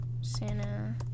Santa